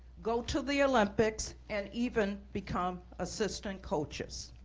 go to the olympics, and even become assistant coaches.